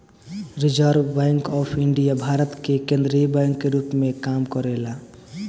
reserve Bank of India Bharat के केंद्रीय bank के रूप में काम करेला